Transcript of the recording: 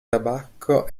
tabacco